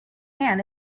man